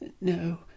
No